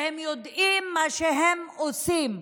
והם יודעים מה שהם עושים,